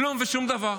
כלום ושום דבר.